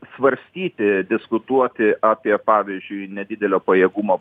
svarstyti diskutuoti apie pavyzdžiui nedidelio pajėgumo